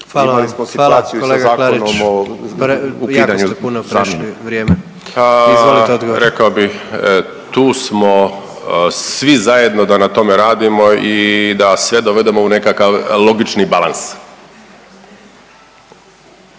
Izvolite odgovor. **Martinović, Juro** Rekao bih, tu smo svi zajedno da na tome radimo i da sve dovedemo u nekakav logični balans.